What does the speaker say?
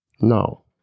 No